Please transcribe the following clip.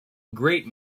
great